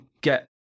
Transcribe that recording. get